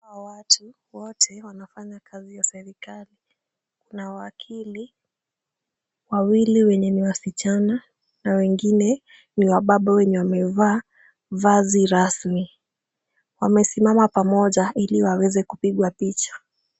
Hawa watu, wote wanafanya kazi ya serikali. Kuna waakili, wawili wenye ni wasichana, na wengine ni wababa wenye wamevaa vazi rasmi. Wame simama pamoja ili waweze kupigwa picha.